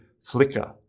flicker